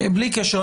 בלי קשר,